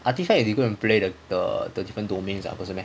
I think this [one] is you go and play the the the different domains ah 不是 meh